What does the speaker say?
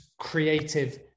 creative